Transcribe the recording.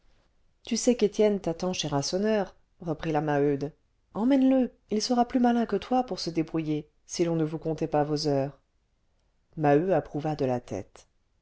tu sais qu'étienne t'attend chez rasseneur reprit la maheude emmène le il sera plus malin que toi pour se débrouiller si l'on ne vous comptait pas vos heures maheu approuva de la tête